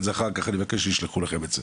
אני אבקש אחר כך שישלחו לכם את זה,